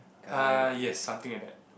err yes something like that